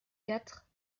quatre